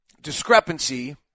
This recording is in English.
discrepancy